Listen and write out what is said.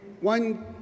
one